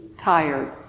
tired